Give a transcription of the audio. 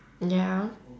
ya